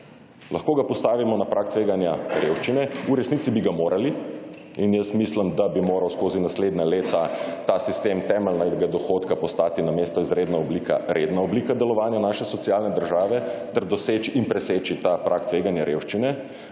Lahko ga postavimo na prag tveganja revščine, v resnici bi ga morali in jaz mislim, da bi moral skozi naslednja leta ta sistem temeljnega dohodka postati namesto izredna oblika redna oblika delovanja naše socialne države ter doseči **22. TRAK: (VP) 11.45**